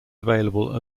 available